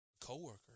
co-worker